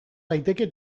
daiteke